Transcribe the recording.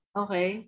okay